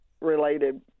related